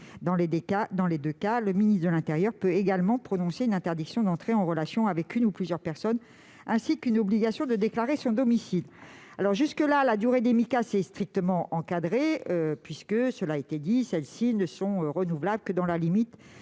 Dans les deux cas, le ministre de l'intérieur peut également prononcer une interdiction d'entrer en relation avec une ou plusieurs personnes, ainsi qu'une obligation de déclarer son domicile. La durée des Micas est, à ce jour, strictement encadrée. Comme cela a été dit, ces mesures sont renouvelables uniquement dans la limite